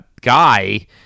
guy